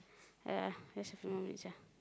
ya just a few more minutes lah